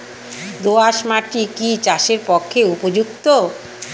দোআঁশ মাটি কি চাষের পক্ষে উপযুক্ত?